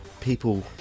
people